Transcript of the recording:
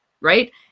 right